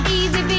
easy